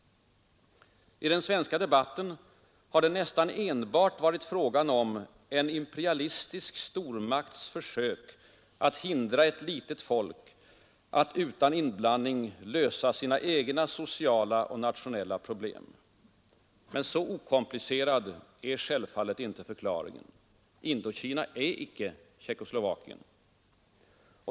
I den svenska debatten har det nästan enbart varit fråga om en imperialistisk stormakts försök att hindra ett litet folk att utan inblandning lösa sina egna sociala och nationella problem. Så okomplicerad är självfallet inte förklaringen. Indokina är inte Tjeckoslovakien.